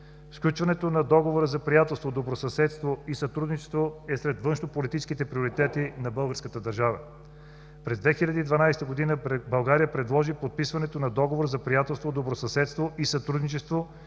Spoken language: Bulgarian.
Сключването на Договора за приятелство, добросъседство и сътрудничество е сред външнополитическите приоритети на българската държава. През 2012 г. България предложи подписването на Договор за приятелство, добросъседство и сътрудничество